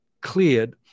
cleared